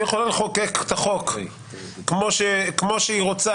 היא יכולה לחוקק את החוק כמו שהיא רוצה